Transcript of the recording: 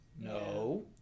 no